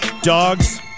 Dogs